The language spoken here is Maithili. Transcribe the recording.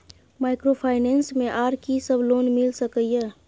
माइक्रोफाइनेंस मे आर की सब लोन मिल सके ये?